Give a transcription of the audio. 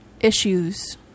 issues